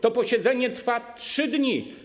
To posiedzenie trwa trzy dni.